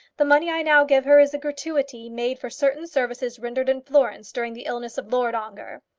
the money i now give her is a gratuity made for certain services rendered in florence during the illness of lord ongar.